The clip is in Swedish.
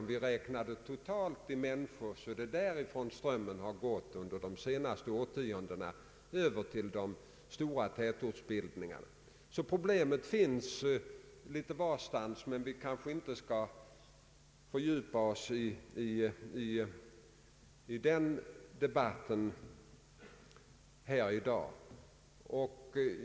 Om vi räknar det totala antalet människor är det därifrån den stora strömmen under de senaste årtiondena har gått över till de stora tätortsbildningarna. Problemet finns alltså litet varstans, men vi skall kanske inte fördjupa oss i den debatten i dag.